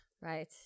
right